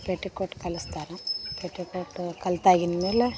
petticoat ಕಲಿಸ್ತಾರೆ petticoat ಕಲ್ತಾಗಿನಮೇಲೆ